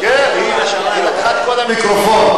כן, היא לקחה את כל המיקרופון.